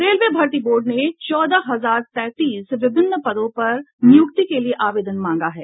railway भर्ती board ने चौदह हजार तैंतीस विभिन्न पदों पर नियुक्ति के लिए आवेदन मांगा है